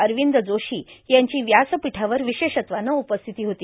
अरविंद जोशी यांची व्यासपीठावर विशेषत्वानं उपस्थिती होती